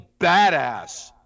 badass